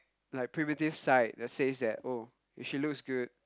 my primitive side that says that oh if she looks good